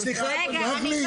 סליחה, אדוני.